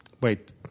wait